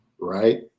Right